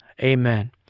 amen